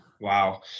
Wow